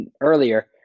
earlier